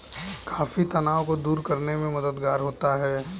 coffee तनाव को दूर करने में मददगार होता है